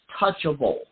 touchable